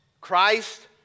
Christ